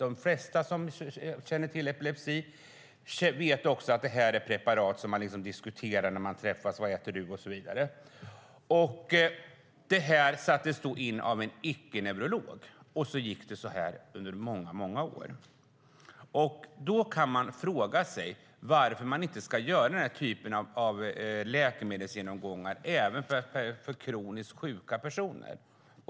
De flesta som känner till epilepsi vet att det är preparat som man diskuterar när man träffas; man frågar varandra vad man äter för medicin och så vidare. Preparaten sattes in av en icke-neurolog, och det här pågick under många år. Då frågar jag mig varför man inte ska göra den här typen av läkemedelsgenomgångar även för kroniskt sjuka personer.